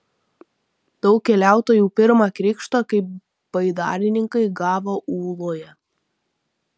daug keliautojų pirmą krikštą kaip baidarininkai gavo ūloje